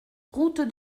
route